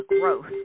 growth